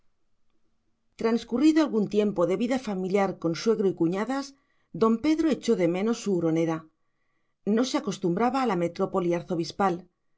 transcurrido algún tiempo de vida familiar con suegro y cuñadas don pedro echó de menos su huronera no se acostumbraba a la metrópoli